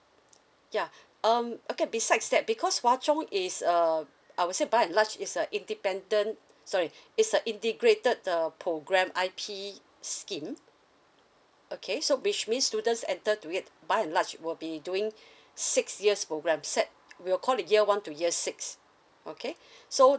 ya um okay besides that because hwa chong is uh I would say by at large it's a independent sorry it's a integrated uh program I_P scheme okay so which means students enter to it by at large will be doing six years program set we'll call it year one to years six okay so